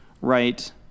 right